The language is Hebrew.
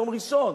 יום ראשון,